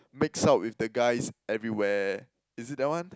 makes out with the guys everywhere is it that one